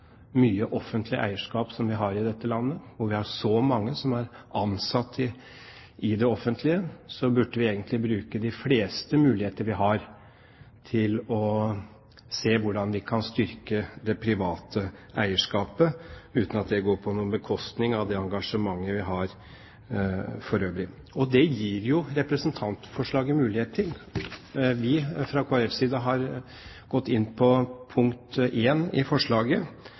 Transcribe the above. mye offentlig eierskap som vi har i dette landet, og hvor vi har så mange som er ansatt i det offentlige. Vi burde egentlig bruke de fleste muligheter vi har til å se hvordan vi kan styrke det private eierskapet, uten at det går på bekostning av det engasjementet vi har for øvrig. Og det gir jo representantforslaget mulighet til. Fra Kristelig Folkepartis side har vi gått inn på punkt I i forslaget,